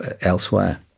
elsewhere